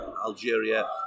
Algeria